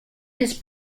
his